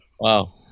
Wow